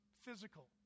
physical